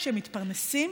כשהם מתפרנסים,